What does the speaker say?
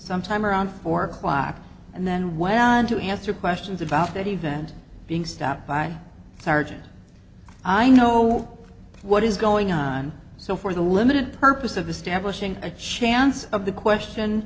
sometime around four o'clock and then went on to answer questions about that event being stopped by sergeant i know what is going on so for the limited purpose of establishing a chance of the question